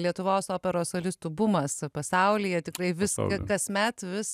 lietuvos operos solistų bumas pasaulyje tikrai viso kasmet vis